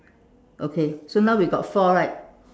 okay so now we got four right